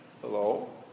Hello